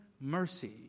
mercy